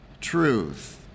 truth